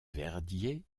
verdier